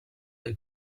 del